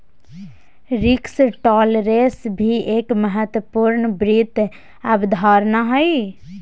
risk tolerance भी एक महत्वपूर्ण वित्त अवधारणा हय